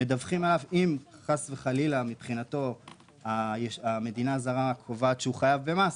מדווחים עליו אם חס וחלילה מבחינתו המדינה הזרה קובעת שהוא חייב במס,